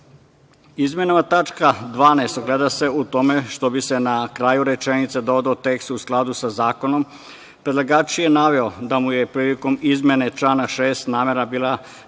Izmenjena tačka 12. ogleda se u tome što bi se na kraju rečenice dodao tekst – u skladu sa zakonom. Predlagač je naveo da mu je prilikom izmene člana 6. namera bila da